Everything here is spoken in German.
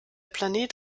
planet